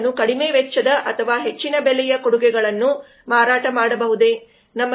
ಅವುಗಳನ್ನು ಕಡಿಮೆ ವೆಚ್ಚದ ಅಥವಾ ಹೆಚ್ಚಿನ ಬೆಲೆಯ ಕೊಡುಗೆಗಳನ್ನು ಮಾರಾಟ ಮಾಡಬಹುದೇ